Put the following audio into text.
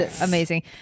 amazing